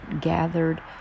gathered